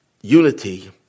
unity